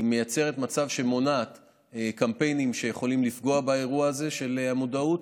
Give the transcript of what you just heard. היא מייצרת מצב שמונע קמפיינים שיכולים לפגוע באירוע הזה של המודעות,